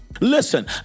Listen